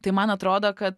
tai man atrodo kad